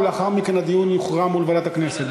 ולאחר מכן הדיון יוכרע מול ועדת הכנסת,